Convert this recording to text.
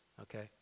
okay